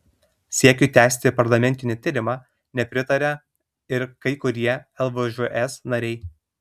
siekiui tęsti parlamentinį tyrimą nepritaria ir kai kurie lvžs nariai